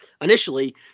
initially